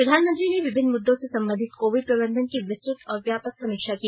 प्रधानमंत्री ने विभिन्न मुद्दों से संबंधित कोविड प्रबंधन की विस्तृत और व्यापक समीक्षा की